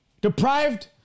deprived